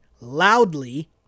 loudly